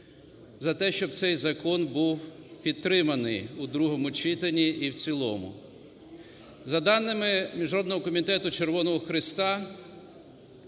за те, щоб цей закон був підтриманий в другому читанні і в цілому. За даними Міжнародного Комітету Червоного Хреста